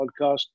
podcast